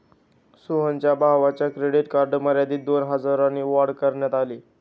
सोहनच्या भावाच्या credit card मर्यादेत दोन हजारांनी वाढ करण्यात आली